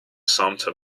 sumpter